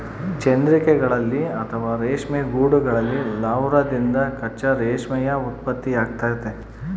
ಚಂದ್ರಿಕೆಗಳಲ್ಲಿ ಅಥವಾ ರೇಷ್ಮೆ ಗೂಡುಗಳಲ್ಲಿ ಲಾರ್ವಾದಿಂದ ಕಚ್ಚಾ ರೇಷ್ಮೆಯ ಉತ್ಪತ್ತಿಯಾಗ್ತತೆ